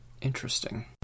Interesting